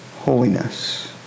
holiness